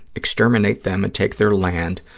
exterminate them and take their land,